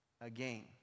again